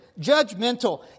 judgmental